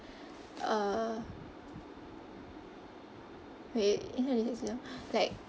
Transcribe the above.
uh wait like